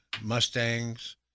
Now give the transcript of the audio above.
Mustangs